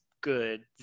good